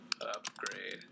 upgrade